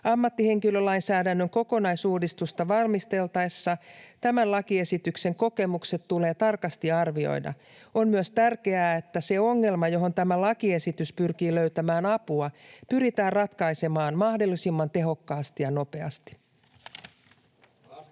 Ammattihenkilölainsäädännön kokonaisuudistusta valmisteltaessa kokemukset tästä lakiesityksestä tulee tarkasti arvioida. On myös tärkeää, että se ongelma, johon tämä lakiesitys pyrkii löytämään apua, pyritään ratkaisemaan mahdollisimman tehokkaasti ja nopeasti.